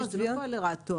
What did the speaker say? זה לא פועל לרעתו.